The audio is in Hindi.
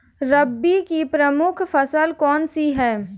रबी की प्रमुख फसल कौन सी है?